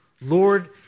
Lord